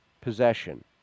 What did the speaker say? possession